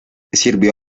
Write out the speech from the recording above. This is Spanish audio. sirvió